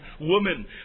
woman